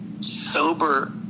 sober